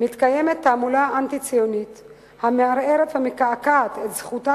מתקיימת תעמולה אנטי-ציונית המערערת ומקעקעת את זכותה